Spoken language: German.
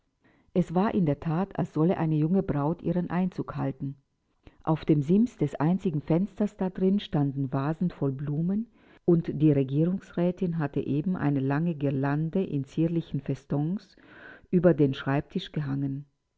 es war in der that als solle eine junge braut ihren einzug halten auf dem sims des einzigen fensters da drin standen vasen voll blumen und die regierungsrätin hatte eben eine lange guirlande in zierlichen festons über den schreibtisch gehangen